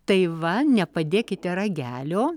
tai va nepadėkite ragelio